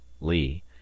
Lee